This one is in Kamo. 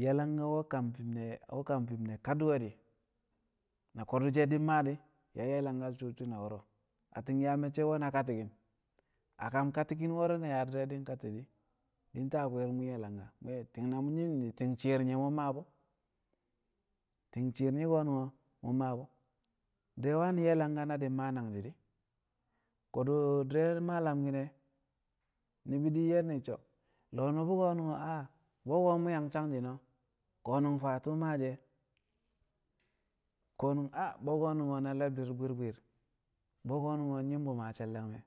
Ye̱ langka nWe̱ kam fi̱m ne̱, nwe̱ fi̱ ne̱ kadi̱we̱di̱, na ko̱dṵ she̱ di̱ mmaa di̱ yang ye̱ langkal su̱u̱ shi̱na wo̱ro̱, atti̱n yaa me̱cce̱ mwe̱ na kati̱ki̱n, a kam kati̱ki̱n wo̱ro̱ na yaa di̱re̱ di̱ nkati̱ di̱, di̱ nta a kwi̱i̱r mṵ ye langka ti̱ng na mṵ nyi̱m nyi̱m di̱, ti̱ng shi̱i̱r nyi̱ mṵ mmaa bṵ, ti̱ng shi̱i̱r nyi̱ ko̱nṵngo̱ mṵ mmaa bṵ. Di̱re̱ wani̱ ye̱ langka na di̱ mmaa nangji̱ di̱. Ko̱dṵ di̱re̱ maa lamki̱n e̱ ni̱bi̱ di̱ nyẹr ni̱n so̱, lo̱o̱ nṵbṵ ko̱nu̱ngo̱ bu̱wo̱ ko̱ mu̱ yang sanshi̱ng o̱ ko̱nu̱ng faa tṵṵ maashi̱ e̱, ko̱nṵng bwi̱ye̱ ko̱nṵngo̱ na le̱bdi̱r bwi̱r bwi̱r, bu̱wo̱ ko̱nu̱ng o̱ nyi̱m bu̱ maa she̱l- dangmẹ,